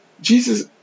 Jesus